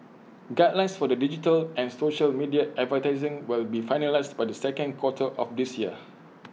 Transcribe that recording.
guidelines for digital and social media advertising will be finalised by the second quarter of this year